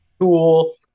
Tool